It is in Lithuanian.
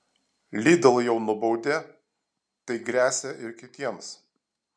lidl jau nubaudė tai gresia ir kitiems